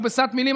מכבסת מילים,